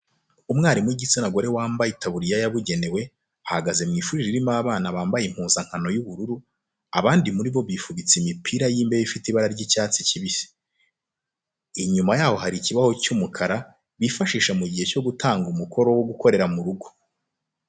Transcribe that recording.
Umwarimu w'igitsina gore wambaye itaburiya yabugenewe, ahagaze mu ishuri ririmo abana bambaye impuzankano y'ubururu abandi muri bo bifubitse imipira y'imbeho ifite ibara ry'icyatsi kibisi. Inyuma yabo hari ikibaho cy'umukara bifashisha mu gihe cyo gutanga umukoro wo gukorera mu rugo.